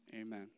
amen